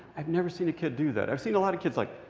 i've never seen a kid do that. i've seen a lot of kids, like,